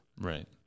right